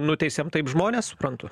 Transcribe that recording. nuteisėm taip žmones suprantu